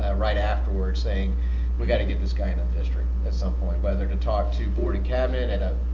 ah right afterwards saying we gotta get this guy in our and district at some point. whether to talk to board and cabinet at a